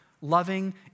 loving